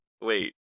Wait